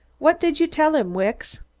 what did you tell him, wicks?